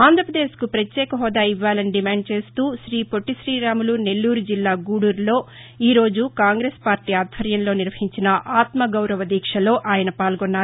ఆంధ్రప్రదేశ్కు పత్యేక హోదా ఇవ్వాలని డిమాండ్ చేస్తూ శ్రీ పొట్లిశ్రీరాములు నెల్లూరు జిల్లా గూడూరులో ఈ రోజు కాంగ్రెస్ పార్లీ ఆధ్వర్యంలో నిర్వహించిన ఆత్నగౌరవ దీక్షలో ఆయన పాల్గొన్నారు